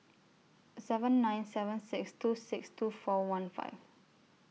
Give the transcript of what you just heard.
seven nine seven six two six two four one five